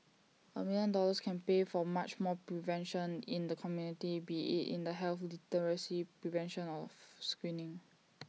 A million dollars can pay for much more prevention in the community be IT in the health literacy prevention or screening